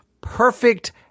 perfect